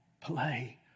play